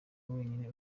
wenyine